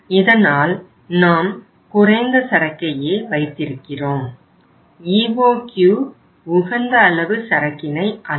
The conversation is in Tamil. இதனால் நாம் குறைந்த சரக்கையே வைத்திருக்கிறோம் EOQ உகந்த அளவு சரக்கினை அல்ல